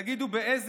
על אמנות בין-לאומיות.